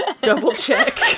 double-check